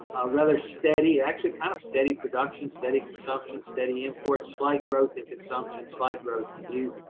rather steady, actually kind of steady production, steady consumption, steady import, slight growth in consumption, slight growth in use,